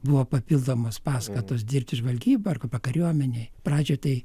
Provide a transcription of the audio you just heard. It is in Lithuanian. buvo papildomos paskatos dirbti žvalgyboj arba kariuomenėj pradžioj tai